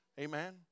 Amen